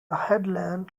headland